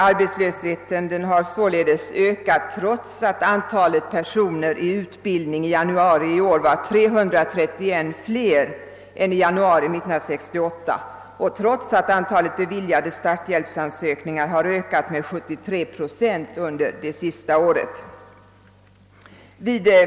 Arbetslösheten har sålunda ökat trots att antalet personer som befann sig under utbildning i januari i år var 331 fler än i januari 1968 och trots att antalet beviljade starthjälpsansökningar under det senaste året ökade med 73 procent.